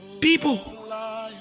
people